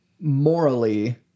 morally